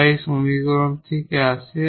যা এই সমীকরণ থেকে আসে